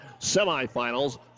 semifinals